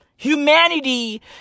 Humanity